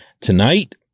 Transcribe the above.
tonight